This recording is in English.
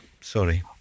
Sorry